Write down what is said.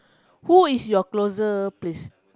who is your closer